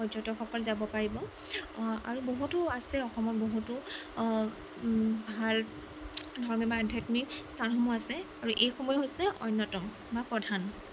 পৰ্যটকসকল যাব পাৰিব আৰু বহুতো আছে অসমত বহুতো ভাল ধৰ্মীয় বা আধ্যাত্মিক স্থানসমূহ আছে আৰু এইসমূহেই হৈছে অন্যতম বা প্ৰধান